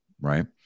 Right